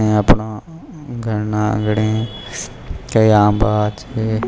ને આપના ઘરના આંગણે ત્યાં આંબા છે